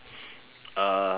uh